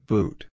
Boot